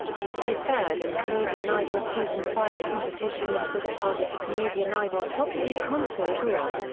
she placed third in canadian idol season five's competition and was a part of the canadian idol top three concert tour.